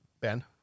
Ben